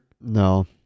No